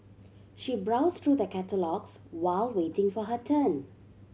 she browsed through the catalogues while waiting for her turn